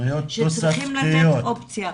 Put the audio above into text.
שצריכים לתת אופציה.